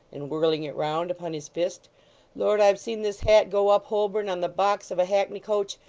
and whirling it round upon his fist lord! i've seen this hat go up holborn on the box of a hackney-coach